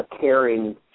caring